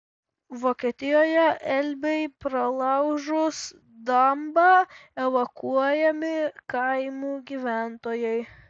vokietijoje elbei pralaužus dambą evakuojami kaimų gyventojai